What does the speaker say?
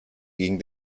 gegen